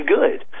good